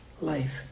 life